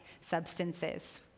substances